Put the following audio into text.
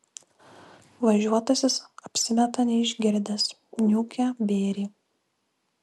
važiuotasis apsimeta neišgirdęs niūkia bėrį